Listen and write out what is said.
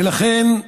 ולכן,